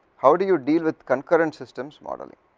howdo you deal with concurrent systems model.